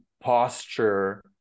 posture